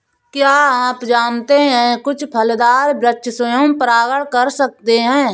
क्या आप जानते है कुछ फलदार वृक्ष स्वयं परागण कर सकते हैं?